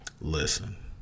Listen